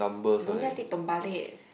don't let it terbalik